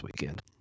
weekend